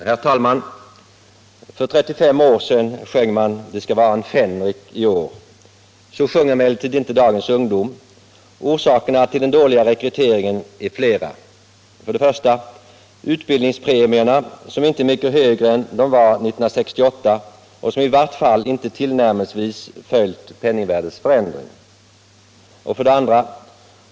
Herr talman! För 35 år sedan sjöng man ”Det skall vara en fänrik i år”. Så sjunger emellertid inte dagens ungdom. Orsakerna till den dåliga rekryteringen är flera. 1. Utbildningspremierna är inte mycket högre än de var 1968 och har i vart fall inte tillnärmelsevis följt penningvärdets förändring. 2.